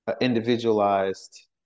individualized